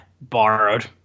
borrowed